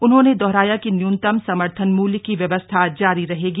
उन्होंने दोहराया कि न्यूनतम समर्थन मूल्य की व्यवस्था जारी रहेगी